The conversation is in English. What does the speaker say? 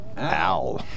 Ow